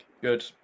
Good